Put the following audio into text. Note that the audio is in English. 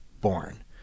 born